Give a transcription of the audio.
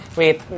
wait